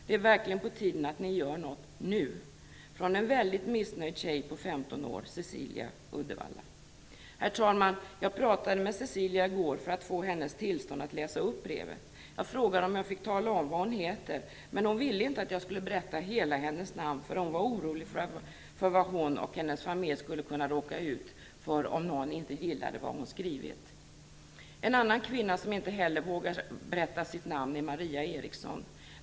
Det är verkligen på tiden att ni gör något. Nu! Herr talman! Jag pratade med Cecilia i går för att få hennes tillstånd att läsa upp brevet. Jag frågade om jag fick tala om vad hon heter, men hon ville inte att jag skulle berätta hela hennes namn. Hon var orolig för vad hon och hennes familj skulle kunna råka ut för om någon inte gillade vad hon skrivit. En annan kvinna som inte heller vågar berätta sitt namn är Maria Eriksson.